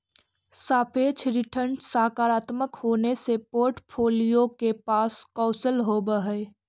सापेक्ष रिटर्न सकारात्मक होने से पोर्ट्फोलीओ के पास कौशल होवअ हई